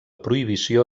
prohibició